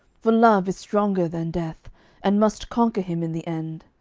for love is stronger than death and must conquer him in the end.